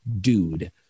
dude